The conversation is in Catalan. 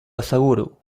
asseguro